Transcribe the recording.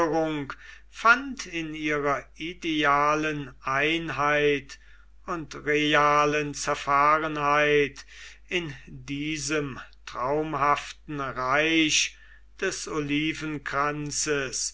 fand in ihrer idealen einheit und realen zerfahrenheit in diesem traumhaften reich des